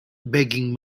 begging